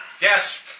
Yes